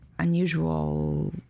Unusual